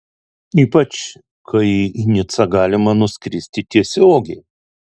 ypač kai į nicą galima nuskristi tiesiogiai